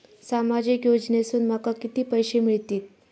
सामाजिक योजनेसून माका किती पैशे मिळतीत?